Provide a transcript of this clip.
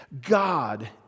God